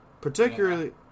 Particularly